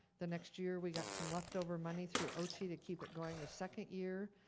the next year, we got some leftover money through oche to keep it going the second year.